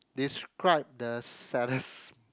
describe the saddest